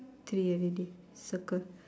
three already circle